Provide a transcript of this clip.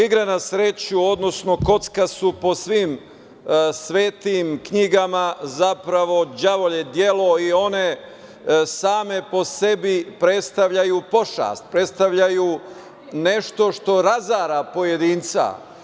Igra na sreću, odnosno, kocka su po svim svetim knjigama zapravo đavolje delo i one same po sebi predstavljaju pošast, predstavljaju nešto što razara pojedinca.